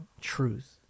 truth